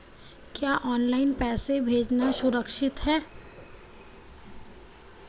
क्या ऑनलाइन पैसे भेजना सुरक्षित है?